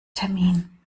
termin